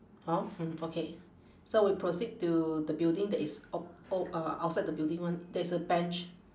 hor hmm okay so we proceed to the building that is opp~ o~ uh outside the building [one] there is a bench